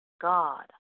God